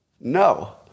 No